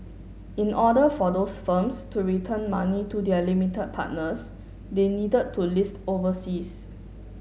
in order for those firms to return money to their limited partners they needed to list overseas